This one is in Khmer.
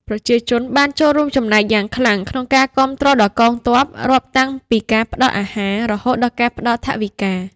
ប្រជាជនបានចូលរួមចំណែកយ៉ាងខ្លាំងក្នុងការគាំទ្រដល់កងទ័ព រាប់តាំងពីការផ្តល់អាហារ រហូតដល់ការផ្តល់ថវិកា។